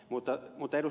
mutta ed